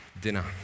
Dinner